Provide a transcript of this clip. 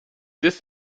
this